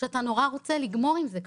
שאתה נורא רוצה לגמור עם זה כבר.